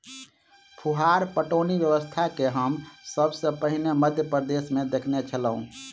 फुहार पटौनी व्यवस्था के हम सभ सॅ पहिने मध्य प्रदेशमे देखने छलौं